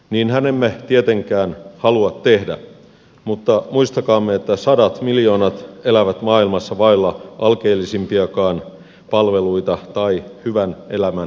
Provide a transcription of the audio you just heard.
niinhän emme tietenkään halua tehdä mutta muistakaamme että sadat miljoonat elävät maailmassa vailla alkeellisimpiakaan palveluita tai hyvän elämän edellytyksiä